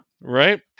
Right